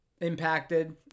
impacted